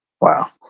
Wow